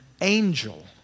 angel